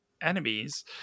Enemies